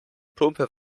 plumper